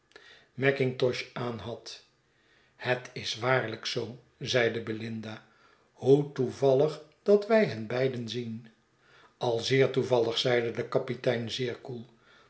macintosh aanhad het is waarlijk zoo zeide belinda hoe toevallig dat wij hen beiden zien al zeer toevallig zeide de kapitein zeer koel